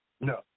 No